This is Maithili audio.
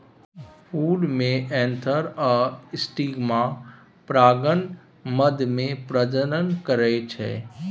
फुल मे एन्थर आ स्टिगमा परागण माध्यमे प्रजनन करय छै